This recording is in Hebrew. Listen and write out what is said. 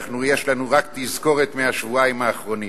יש לנו רק תזכורת מהשבועיים האחרונים.